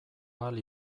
ahal